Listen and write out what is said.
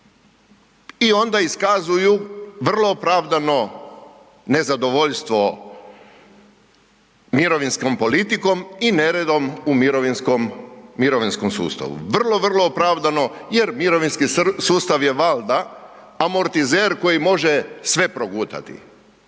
i onda iskazuju vrlo opravdano nezadovoljstvo mirovinskom politikom i neredom u mirovinskom, mirovinskom sustavu. Vrlo, vrlo opravdano jer mirovinski sustav je valda amortizer koji može sve progutati.